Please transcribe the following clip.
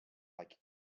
like